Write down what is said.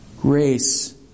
grace